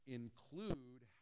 include